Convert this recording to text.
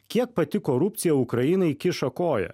kiek pati korupcija ukrainai kiša koją